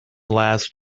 last